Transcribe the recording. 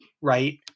right